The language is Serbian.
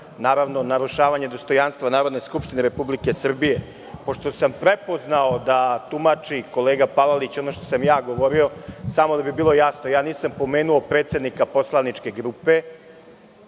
i 107. narušavanje dostojanstva Narodne skupštine Republike Srbije. Pošto sam prepoznao da tumači kolega Palalić ono što sam ja govorio, samo da bi bilo jasno. Ja nisam pomenuo predsednika poslaničke grupe